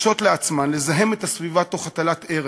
מרשות לעצמן לזהם את הסביבה תוך הטלת ארס,